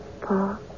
Paul